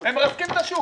הם מרסקים את השוק.